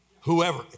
whoever